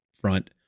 front